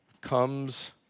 comes